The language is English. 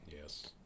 Yes